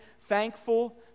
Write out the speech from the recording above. thankful